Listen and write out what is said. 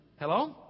Hello